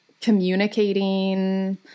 communicating